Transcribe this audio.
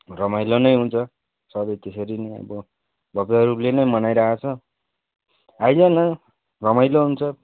रमाइलो नै हुन्छ सधैँ त्यसरी नै अब भव्य रूपले नै मनाइरहेको छ आइज न रमाइलो हुन्छ